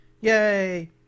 yay